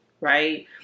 right